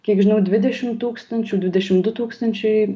kiek žinau dvidešimt tūkstančių dvidešimt du tūkstančiai